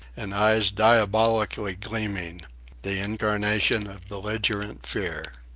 and eyes diabolically gleaming the incarnation of belligerent fear.